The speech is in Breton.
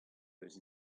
eus